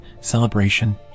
celebration